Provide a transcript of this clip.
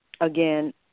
again